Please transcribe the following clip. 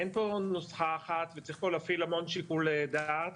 אין פה נוסחה אחת וצריך פה להפעיל המון שיקול דעת.